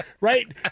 right